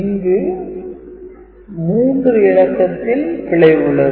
இங்கு 3 இலக்கத்தில் பிழை உள்ளது